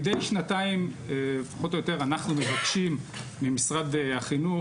מידי שנתיים פחות או יותר אנחנו מבקשים ממשרד החינוך